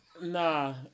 Nah